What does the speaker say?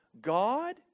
god